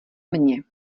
mně